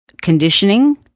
conditioning